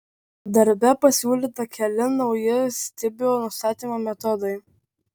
darbe pasiūlyta keli nauji stibio nustatymo metodai